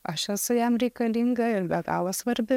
aš esu jam reikalinga ir be galo svarbi